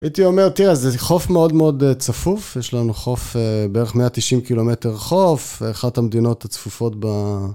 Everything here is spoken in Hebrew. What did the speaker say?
הייתי אומר, תראה, זה חוף מאוד מאוד צפוף, יש לנו חוף, בערך 190 קילומטר חוף, אחת המדינות הצפופות ב...